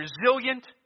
resilient